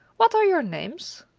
what are your names?